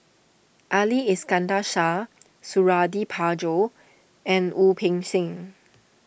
Ali Iskandar Shah Suradi Parjo and Wu Peng Seng